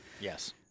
Yes